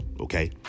Okay